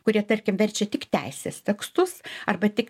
kurie tarkim verčia tik teisės tekstus arba tik